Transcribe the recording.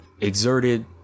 exerted